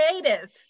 creative